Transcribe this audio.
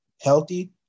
healthy